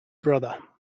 brother